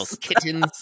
Kittens